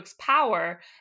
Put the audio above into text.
power